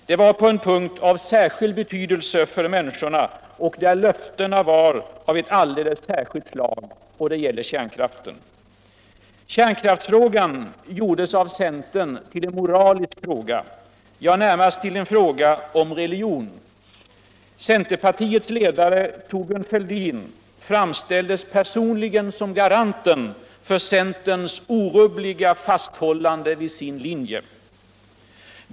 Det var på en punkt av särskild betydelse för människorna och där löftena var av ett alldeles särskilt slag. Det gäller kärnkraften. Kärnkraftsfrågan gjordes av centern till en moralisk fråga, jä, närmast till en fråga om religion. Centerpartiets ledare Thorbjörn Fälldin framställdes personligen som garanten för centerns orubbliga fasthållande vid sin linje.